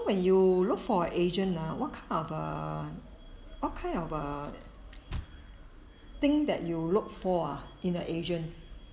when you look for a agent ah what kind of a what kind of a thing that you look for ah in the agent